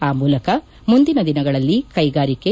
ಆ ಮೂಲಕ ಮುಂದಿನ ದಿನಗಳಲ್ಲಿ ಕೈಗಾರಿಕೆ